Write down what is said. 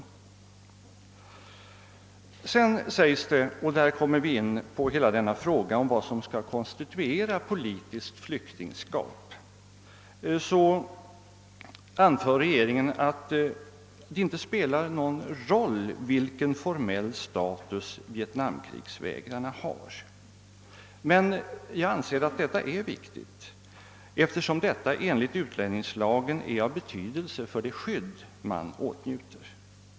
Vidare anför regeringen — och därmed kommer vi in på frågan om vad som skall konstituera politiskt flyktingskap — att det inte spelar någon roll vilken formell status vietnamkrigsvägrarna har. Men jag anser att detta är viktigt, eftersom det enligt utlänningslagen är av Betydelse för det skydd flyktingarna åtnjuter.